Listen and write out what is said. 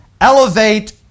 elevate